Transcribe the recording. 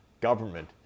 government